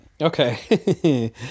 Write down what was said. Okay